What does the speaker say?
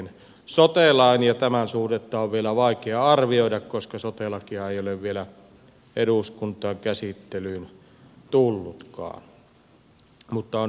sote lain ja tämän suhdetta on vielä vaikea arvioida koska sote lakia ei ole vielä eduskuntaan käsittelyyn tullutkaan mutta on lähiaikoina tulossa